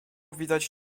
widać